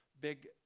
big